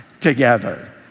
together